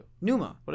Numa